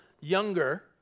younger